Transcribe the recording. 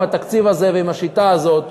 עם התקציב הזה ועם השיטה הזאת,